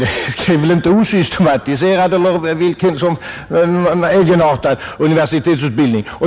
Den är väl inte osystematiserad eller någon annan egenartad universitetsutbildning.